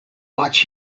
watch